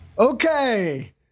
Okay